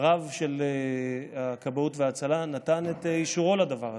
של הכבאות וההצלה נתן את אישורו לדבר הזה.